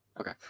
Okay